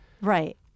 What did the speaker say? Right